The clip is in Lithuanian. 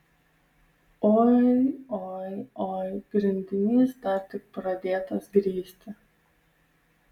oi oi oi grindinys dar tik pradėtas grįsti